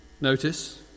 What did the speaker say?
Notice